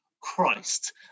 Christ